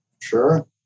Sure